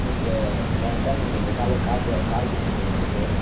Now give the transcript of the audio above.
நீங்கள் போன டைம் நீங்கள் எங்களுக்காக கார் கார் கொடுத்திருந்திங்க எங்களுக்கு